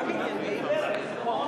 אתה מדבר על חיסכון,